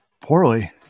poorly